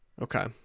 okay